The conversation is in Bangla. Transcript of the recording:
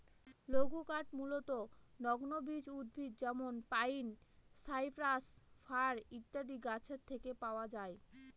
লঘুকাঠ মূলতঃ নগ্নবীজ উদ্ভিদ যেমন পাইন, সাইপ্রাস, ফার ইত্যাদি গাছের থেকে পাওয়া যায়